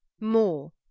more